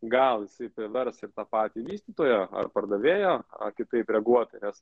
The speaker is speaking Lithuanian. gal privers ir tą patį vystytoją ar pardavėją kitaip reaguoti nes